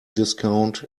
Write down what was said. discount